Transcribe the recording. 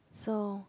so